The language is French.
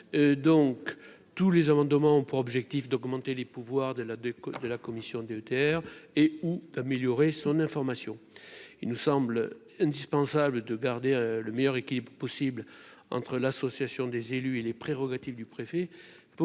donc tous les amendements ont pour objectif d'augmenter les pouvoirs de la déco de la commission DETR et ou d'améliorer son information, il nous semble indispensable de garder le meilleur équilibre possible entre l'association des élus et les prérogatives du préfet pour